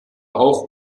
auch